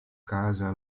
casa